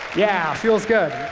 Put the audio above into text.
yeah. feels good!